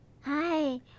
Hi